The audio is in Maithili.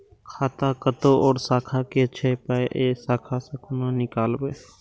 खाता कतौ और शाखा के छै पाय ऐ शाखा से कोना नीकालबै?